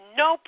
no